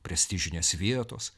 prestižinės vietos